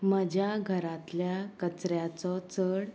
म्हज्या घरांतल्या कचऱ्याचो चड